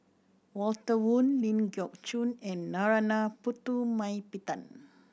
Walter Woon Ling Geok Choon and Narana Putumaippittan